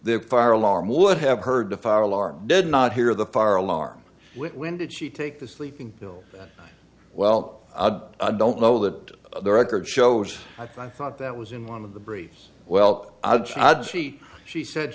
the fire alarm would have heard the fire alarm did not hear the fire alarm when did she take the sleeping pills well i don't know that the record shows i thought that was in one of the briefs well i did see she said